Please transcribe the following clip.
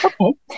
okay